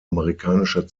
amerikanischer